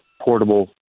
portable